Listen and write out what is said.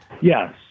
Yes